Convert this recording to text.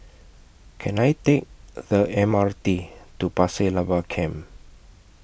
Can I Take The M R T to Pasir Laba Camp